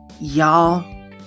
Y'all